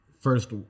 first